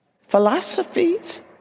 philosophies